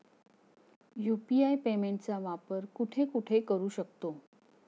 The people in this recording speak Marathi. यु.पी.आय पेमेंटचा वापर कुठे कुठे करू शकतो?